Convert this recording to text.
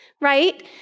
right